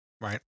Right